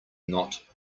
not